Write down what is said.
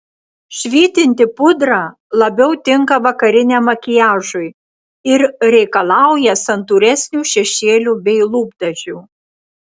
švytinti pudra labiau tinka vakariniam makiažui ir reikalauja santūresnių šešėlių bei lūpdažių